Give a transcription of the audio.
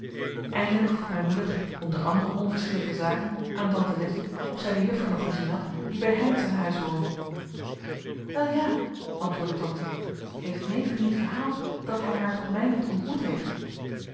eindelijk vroeg mijn moeder onder andere onverschillige zaken aan tante letje of zij de juffer nog gezien had die bij heynsz aan huis woonde wel ja antwoordde tante heeft neef u niet verhaald dat hij haar tot mijnent ontmoet heeft